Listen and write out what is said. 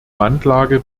randlage